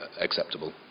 acceptable